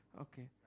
Okay